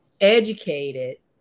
educated